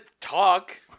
talk